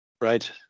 right